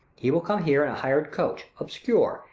he will come here in a hired coach, obscure,